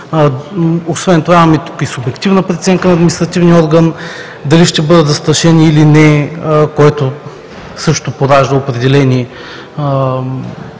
Освен това имаме и субективната преценка на административния орган – дали ще бъдат застрашени или не, което също поражда определени